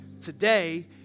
Today